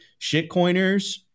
Shitcoiners